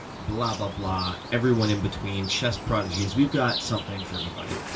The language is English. blah, blah, blah, everyone in between, chess prodigies. we've got something for everybody.